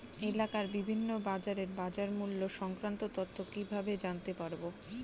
এলাকার বিভিন্ন বাজারের বাজারমূল্য সংক্রান্ত তথ্য কিভাবে জানতে পারব?